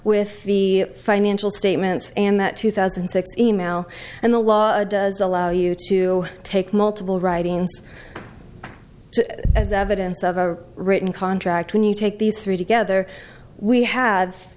with the financial statements and that two thousand and six email and the law does allow you to take multiple writings as evidence of a written contract when you take these three together we have